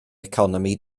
economi